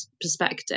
perspective